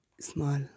small